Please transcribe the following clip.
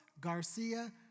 Garcia